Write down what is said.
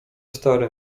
stary